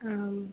आम्